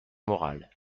moral